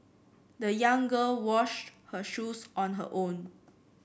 the young girl washed her shoes on her own